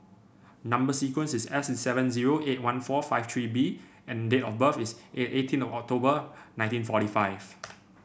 number sequence is S seven zero eight one four five three B and date of birth is eight eighteen of October nineteen forty five